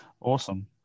Awesome